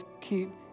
keep